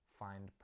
find